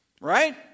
Right